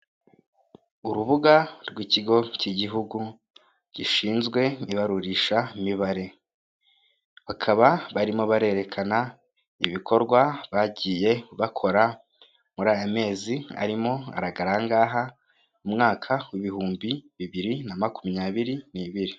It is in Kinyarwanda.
Urubuga rw'ikigo cy'igihugu gishinzwe ibarurisha mibare, bakaba barimo barerekana ibikorwa bagiye bakora muri aya mezi arimo aragara aha ngaha umwaka ibihumbi bibiri na makumyabiri n'ibiri.